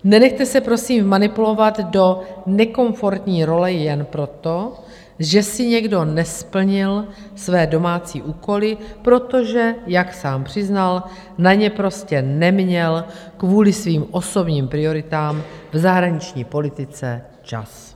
Nenechte se, prosím, vmanipulovat do nekomfortní role jen proto, že si někdo nesplnil své domácí úkoly, protože jak sám přiznal, na ně prostě neměl kvůli svým osobním prioritám v zahraniční politice čas.